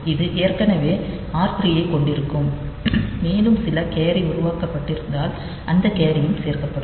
இது ஏற்கனவே r 3 ஐக் கொண்டிருக்கும் மேலும் சில கேரி உருவாக்கப்பட்டிருந்தால் அந்த கேரியும் சேர்க்கப்படும்